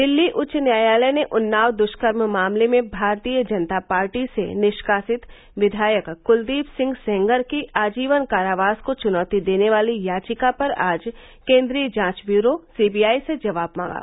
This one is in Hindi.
दिल्ली उच्च न्यायालय ने उन्नाव दुष्कर्म मामले में भारतीय जनता पार्टी से निष्कासित विधायक कुलदीप सिंह सेंगर की आजीवान कारावास को चुनौती देने वाली याचिका पर आज केंद्रीय जांच ब्यूरो सीबीआई से जवाब मांगा